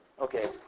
Okay